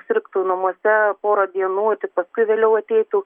sirgtų namuose porą dienų tik paskui vėliau ateitų